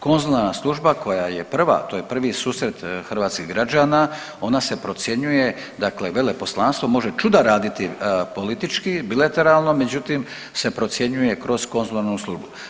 Konzularna služba koja je prva, to je prvi susret hrvatskih građana, ona se procjenjuje dakle veleposlanstvo može čuda raditi politički, bilateralno, međutim, se procjenjuje kroz konzularnu uslugu.